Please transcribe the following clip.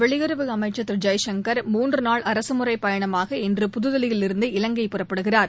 வெளியுறவு அமைச்சர் திரு ஜெய்சங்கர் மூன்று நாள் அரசுமுறை பயணமாக இன்று புதுதில்லியிலிருந்து இலங்கை புறப்படுகிறார்